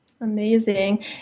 Amazing